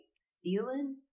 stealing